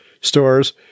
stores